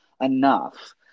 enough